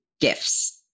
gifts